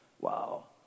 wow